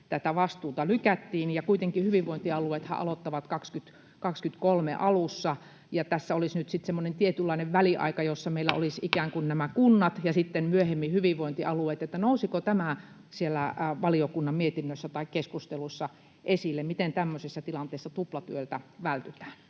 tätä vastuuta. Kuitenkin hyvinvointialueethan aloittavat vuoden 2023 alussa ja tässä olisi nyt sitten semmoinen tietynlainen väliaika, jossa meillä olisi ikään kuin nämä kunnat ja sitten myöhemmin hyvinvointialueet. Nousiko tämä siellä valiokunnan mietinnössä tai keskustelussa esille, miten tämmöisessä tilanteessa vältytään